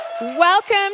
Welcome